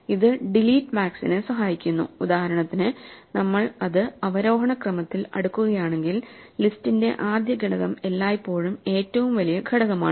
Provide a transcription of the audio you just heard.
ഇത് ഡിലീറ്റ് മാക്സിനെ സഹായിക്കുന്നു ഉദാഹരണത്തിന് നമ്മൾ അത് അവരോഹണ ക്രമത്തിൽ അടുക്കുകയാണെങ്കിൽ ലിസ്റ്റിന്റെ ആദ്യ ഘടകം എല്ലായ്പ്പോഴും ഏറ്റവും വലിയ ഘടകമാണ്